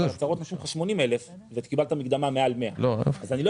בהצהרות רשום לך 80,000 ואתה קיבלת מקדמה מעל 100 אז אני לא